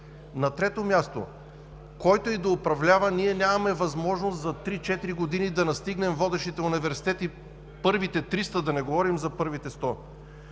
На трето място, който и да управлява, ние нямаме възможност за три, четири години да настигнем водещите университети – първите триста, да не говорим за първите сто.